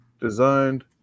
designed